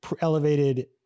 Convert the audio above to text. elevated